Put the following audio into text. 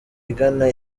igana